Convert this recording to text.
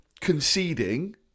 conceding